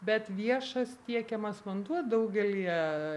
bet viešas tiekiamas vanduo daugelyje